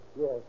Yes